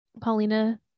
Paulina